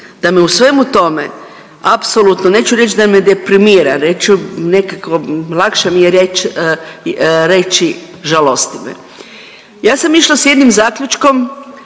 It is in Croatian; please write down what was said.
da me u svemu tome apsolutno, neću reći da me deprimira reći ću nekako lakše mi je reći žalosti me. Ja sam išla s jednim zaključkom